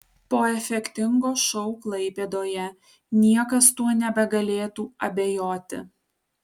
po efektingo šou klaipėdoje niekas tuo nebegalėtų abejoti